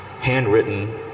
handwritten